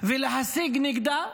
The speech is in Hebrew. ולהסית נגדה,